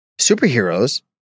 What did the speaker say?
superheroes